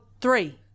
three